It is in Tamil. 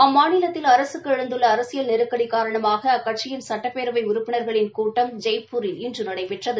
அம்மாநிலத்தில் அரசுக்கு எழுந்துள்ள அரசியல் நெருக்கடி காரணமாக அக்கட்சியியன் சட்டப்பேரவைக் உறுப்பினர்களின் கூட்டம் ஜெய்ப்பூரில் இன்று நடைபெற்றது